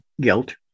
guilt